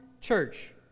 church